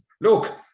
Look